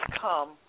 come